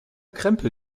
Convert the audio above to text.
krempel